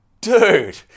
dude